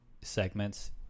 segments